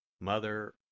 Mother